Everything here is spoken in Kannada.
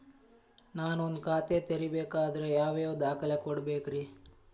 ನಾನ ಒಂದ್ ಖಾತೆ ತೆರಿಬೇಕಾದ್ರೆ ಯಾವ್ಯಾವ ದಾಖಲೆ ಕೊಡ್ಬೇಕ್ರಿ?